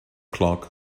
clock